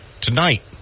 Tonight